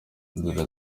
inzira